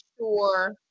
sure